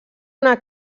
una